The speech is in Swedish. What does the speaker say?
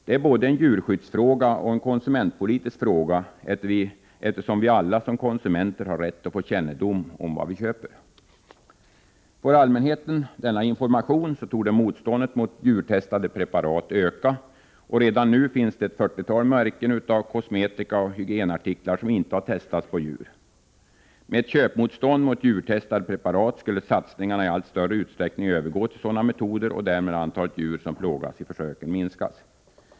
Det är både en djurskyddsfråga och en konsumentpolitisk fråga, eftersom vi alla som konsumenter har rätt att få kännedom om vad vi köper. Får allmänheten denna information torde motståndet mot djurtestade preparat öka. Redan nu finns ett fyrtiotal märken av kosmetika och hygienartiklar som inte har testats på djur. Med ett köpmotstånd mot djurtestade preparat skulle satsningarna i allt större utsträckning övergå till sådana metoder och därmed antalet djur som plågas i försök minskas.